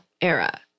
era